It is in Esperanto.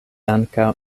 ankaŭ